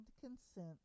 consent